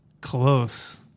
Close